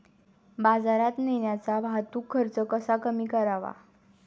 बाजारात नेण्याचा वाहतूक खर्च कसा कमी करावा?